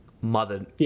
mother